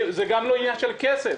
זה גם לא עניין של כסף.